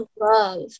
love